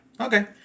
Okay